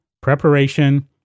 preparation